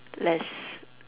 less